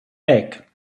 back